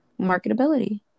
marketability